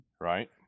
Right